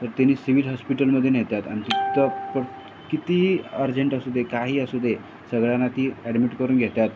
तर त्यांनी सिविल हॉस्पिटलमध्ये नेतात आणखी तर प कितीही अर्जंट असू दे काही असू दे सगळ्यांना ती ॲडमिट करून घेतात